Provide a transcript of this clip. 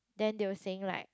then they will saying like